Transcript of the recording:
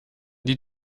die